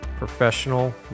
professional